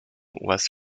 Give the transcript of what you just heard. was